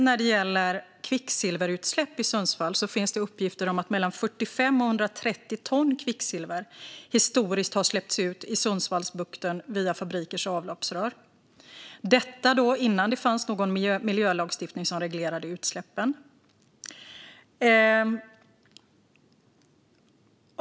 När det gäller kvicksilverutsläpp i Sundsvall finns det uppgifter om att mellan 45 och 130 ton kvicksilver historiskt har släppts ut i Sundsvallsbukten via fabrikers avloppsrör, detta innan det fanns någon miljölagstiftning som reglerade utsläppen.